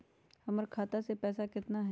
हमर खाता मे पैसा केतना है?